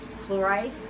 fluoride